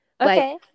okay